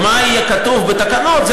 מה יהיה כתוב בתקנות?